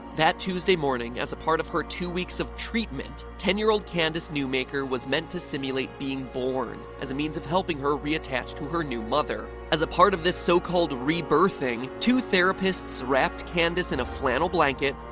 that tuesday morning, as a part of her two weeks of treatment, ten year old candace newmaker was meant to simulate being born. as a means of helping her reattach to her new mother. as a part of this so-called rebirthing, two therapists wrapped candace in a flannel blanket,